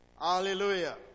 Hallelujah